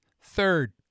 Third